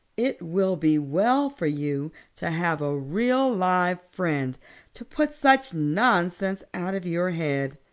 it will be well for you to have a real live friend to put such nonsense out of your head.